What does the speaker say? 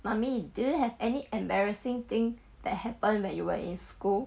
mummy do have any embarrassing thing that happen when you were in school